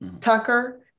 Tucker